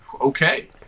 okay